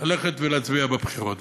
ללכת ולהצביע בבחירות.